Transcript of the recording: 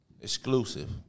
exclusive